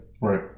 Right